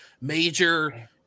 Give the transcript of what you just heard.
major